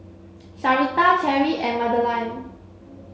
Sherita Cherrie and Madelene